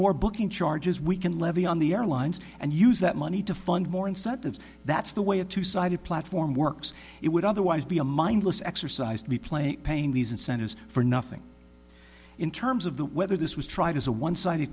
more booking charges we can levy on the airlines and use that money to fund more incentives that's the way a two sided platform works it would otherwise be a mindless exercise to be playing paying these incentives for nothing in terms of the whether this was tried as a one sided